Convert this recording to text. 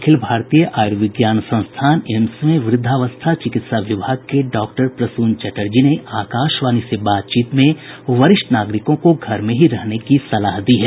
अखिल भारतीय आयुर्विज्ञान संस्थान एम्स में वृद्धावस्था चिकित्सा विभाग के डॉक्टर प्रसून चटर्जी ने आकाशवाणी से बातचीत में वरिष्ठ नागरिकों को घर में ही रहने की सलाह दी है